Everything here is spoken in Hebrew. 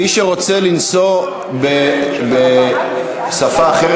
מי שרוצה לשאת נאום בשפה אחרת,